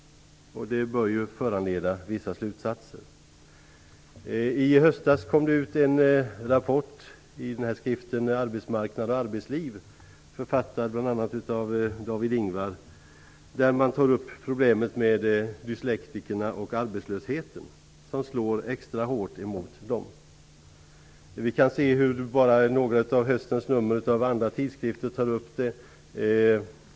Det bör ju föranleda vissa slutsatser. I höstas kom det ut en rapport i skriften Arbetsmarknad och arbetsliv, författad bl.a. av David Ingvar, där man tog upp problemet med dyslektikerna och arbetslösheten. Den slår ju extra hårt mot dem. Vi kan se att även några av höstens nummer av andra tidskrifter tar upp detta.